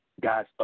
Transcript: guys